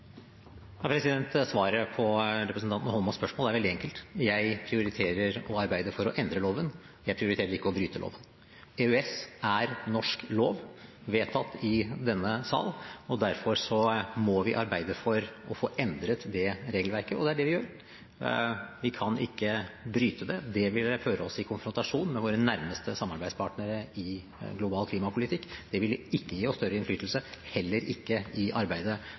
Svaret på representanten Holmås’ spørsmål er veldig enkelt: Jeg prioriterer å arbeide for å endre loven. Jeg prioriterer ikke å bryte loven. EØS er norsk lov, vedtatt i denne salen. Derfor må vi arbeide for å få endret det regelverket, og det er det vi gjør. Vi kan ikke bryte det. Det ville føre oss i konfrontasjon med våre nærmeste samarbeidspartnere i den globale klimapolitikken. Det ville ikke gitt oss større innflytelse, heller ikke i arbeidet